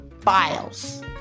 Files